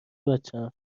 بچم